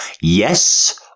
Yes